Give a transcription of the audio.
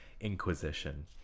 inquisition